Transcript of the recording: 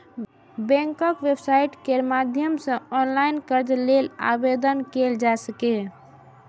बैंकक वेबसाइट केर माध्यम सं ऑनलाइन कर्ज लेल आवेदन कैल जा सकैए